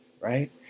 right